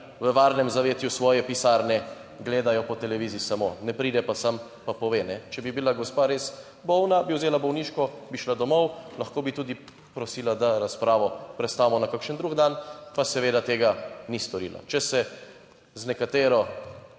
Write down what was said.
v varnem zavetju svoje pisarne gledajo po televiziji, samo ne pride, pa sem, pa pove: če bi bila gospa res bolna, bi vzela bolniško, bi šla domov. Lahko bi tudi prosila, da razpravo prestavimo na kakšen drug dan, pa seveda tega ni storila. Če se z nekatero,